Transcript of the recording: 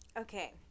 Okay